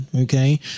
okay